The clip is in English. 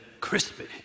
Crispy